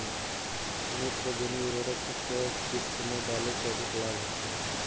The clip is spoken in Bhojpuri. नेत्रजनीय उर्वरक के केय किस्त में डाले से अधिक लाभ होखे?